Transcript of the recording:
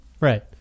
Right